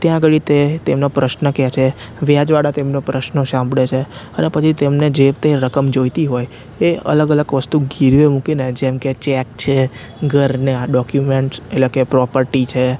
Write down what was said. ત્યાં આગળ એ તે તેમનો પ્રશ્ન કે છે વ્યાજવાળા તેમનો પ્રશ્ન સાંભળે છે અને પછી તેમને જ તે રકમ જોઈતી હોય એ અલગ અલગ વસ્તુ ગીરવે મૂકીને જેમકે ચેક છે ઘરના ડોક્યુમેન્ટ્સ એટલે કે પ્રોપર્ટી છે